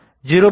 0